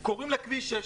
שקוראים לה דרך ארץ,